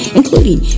including